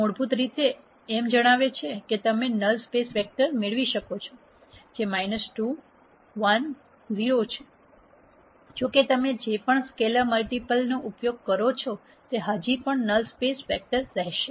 આ મૂળભૂત રીતે અમને જણાવે છે કે તમે નલ સ્પેસ વેક્ટર મેળવી શકો છો જે છે 2 1 0 જો કે તમે જે પણ સ્કેલેર મલ્ટીપલ નો ઉપયોગ કરો છો તે હજી પણ નલ સ્પેસ વેક્ટર રહેશે